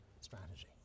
strategy